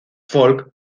folk